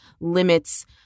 limits